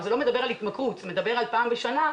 זה לא מדבר על התמכרות, אלא על פעם בשנה.